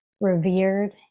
revered